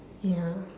ya